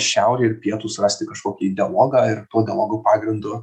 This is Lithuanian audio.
šiaurė ir pietūs rasti kažkokį dialogą ir tuo dialogu pagrindu